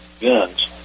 guns